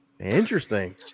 Interesting